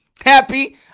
Happy